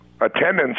attendance